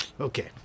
Okay